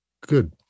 good